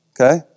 Okay